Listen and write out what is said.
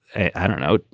i don't know,